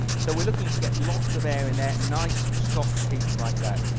so we're looking to get lots of air in there, nice soft peaks like that.